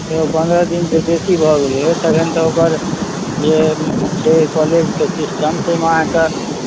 तैयो पन्द्रह दिनसँ बेसी भऽ गेलै तखन तऽ ओकर जे छै कॉलेजके सिस्टम ताहिमे अहाँकेँ